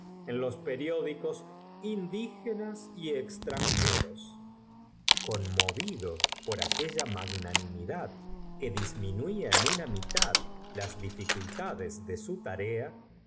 en los periódicos indígenas y extran jeros conmovido por aquella magnanimidad que disminuía en una mitad las dificulta des de su tarea